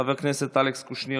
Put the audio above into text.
חבר הכנסת אלכס קושניר,